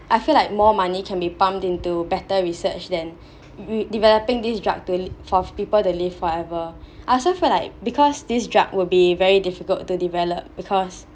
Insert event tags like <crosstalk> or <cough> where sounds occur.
I feel like more money can be pumped into better research than deve~ developing this drug to for people they live forever <breath> I also feel like because this drug will be very difficult to develop because